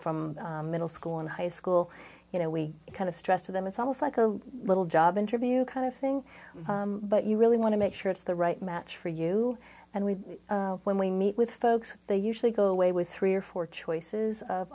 from middle school and high school you know we kind of stress to them it's almost like a little job interview kind of thing but you really want to make sure it's the right match for you and we when we meet with folks they usually go away with three or four choices of